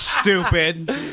Stupid